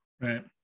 Right